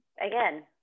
again